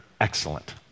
excellent